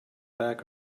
back